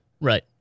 Right